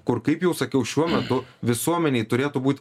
kur kaip jau sakiau šiuo metu visuomenei turėtų būt